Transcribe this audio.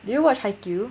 do you watch haikyu